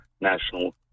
national